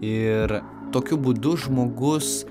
ir tokiu būdu žmogus